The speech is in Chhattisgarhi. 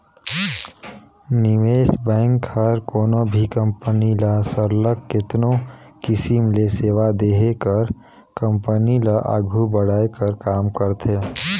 निवेस बेंक हर कोनो भी कंपनी ल सरलग केतनो किसिम ले सेवा देहे कर कंपनी ल आघु बढ़ाए कर काम करथे